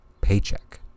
paycheck